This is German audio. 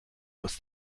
aus